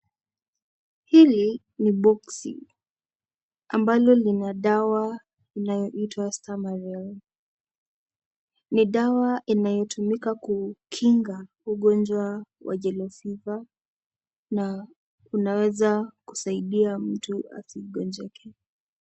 Hili ni boksi ambalo lina dawa inayoitwa v Stamaril . Ni dawa inayotumika kukinga ugonjwa wa yellow fever na unaweza kusaidia mtu asigonjeke.